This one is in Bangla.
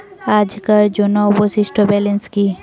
আজিকার জন্য অবশিষ্ট ব্যালেন্স কি?